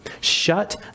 shut